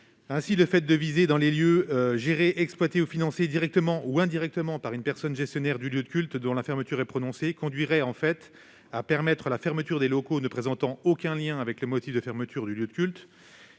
Ainsi, le fait de viser tous les lieux gérés, exploités ou financés, directement ou indirectement, par une personne gestionnaire du lieu de culte dont la fermeture est prononcée conduirait à permettre la fermeture de locaux ne présentant aucun lien avec le motif de fermeture du lieu de culte.